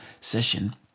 session